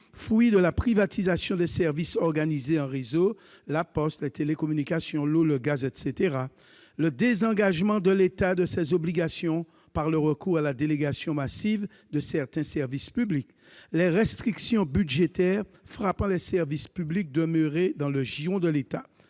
fruit de la privatisation des services organisés en réseau- la poste, les télécommunications, l'eau, le gaz, etc. ; le désengagement de l'État de ses obligations, par le recours à la délégation massive de certains services publics ; les restrictions budgétaires frappant les services publics demeurés dans le giron de l'État.